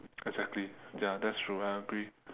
exactly ya that's true I agree